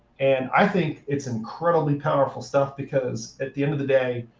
and i think it's incredibly powerful stuff. because at the end of the day,